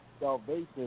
salvation